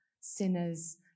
Sinners